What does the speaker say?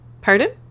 Pardon